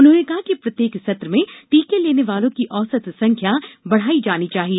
उन्होंने कहा कि प्रत्येक सत्र में टीके लेने वालों की औसत संख्या बढ़ाई जानी चाहिए